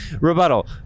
Rebuttal